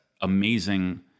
amazing